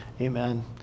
amen